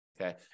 okay